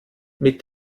mit